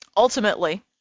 Ultimately